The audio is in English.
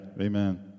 Amen